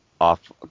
off